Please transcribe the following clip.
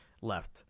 left